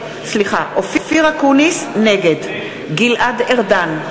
אקוניס, נגד גלעד ארדן,